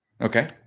Okay